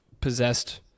possessed